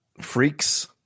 Freaks